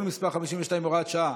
(תיקון מס' 52, הוראת שעה,